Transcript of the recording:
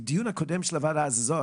בדיון הקודם של הוועדה הזאת